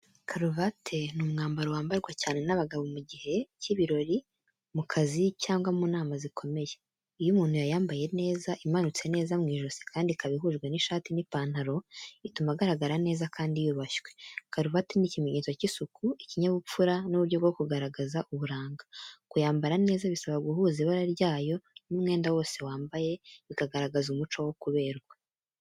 Karuvate ni umwambaro wambarwa cyane n’abagabo mu gihe cy’ibirori, mu kazi cyangwa mu nama zikomeye. Iyo umuntu yayambaye neza, imanutse neza mu ijosi kandi ikaba ihujwe n’ishati n’ipantalo, ituma agaragara neza kandi yubashywe. Karuvate ni ikimenyetso cy’isuku, ikinyabupfura n’uburyo bwo kugaragaza uburanga. Kuyambara neza bisaba guhuza ibara ryayo n’umwenda wose wambaye, bikagaragaza umuco wo kuberwa.